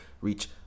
reach